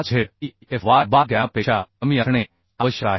5zeFy by gamma M 0पेक्षा कमी असणे आवश्यक आहे